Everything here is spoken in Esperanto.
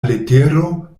letero